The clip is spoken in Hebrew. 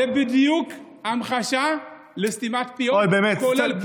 ודרך אגב, זאת בדיוק המחשה לסתימת פיות, כולל פה.